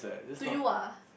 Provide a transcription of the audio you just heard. to you ah